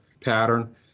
pattern